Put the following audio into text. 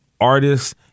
artists